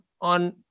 on